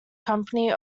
company